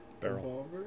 barrel